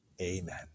Amen